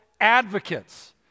advocates